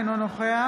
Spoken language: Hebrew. אינו נוכח